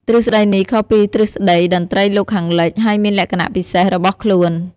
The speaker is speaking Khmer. ទ្រឹស្ដីនេះខុសពីទ្រឹស្ដីតន្ត្រីលោកខាងលិច ហើយមានលក្ខណៈពិសេសរបស់ខ្លួន។